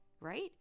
right